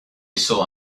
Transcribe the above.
saw